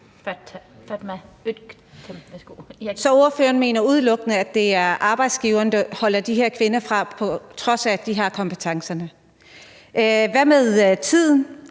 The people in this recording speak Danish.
Så ordføreren mener udelukkende, at det er arbejdsgiverne, der holder de her kvinder fra det, på trods af at de har kompetencerne? Hvad med tiden?